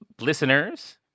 listeners